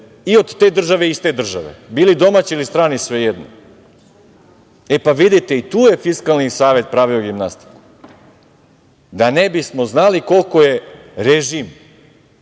i od te države i iz te države, bili domaći ili strani, svejedno. Vidite, i tu je Fiskalni savet pravio gimnastiku, da ne bismo znali koliko je režim